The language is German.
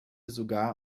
sogar